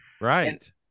Right